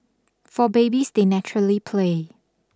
for babies they naturally play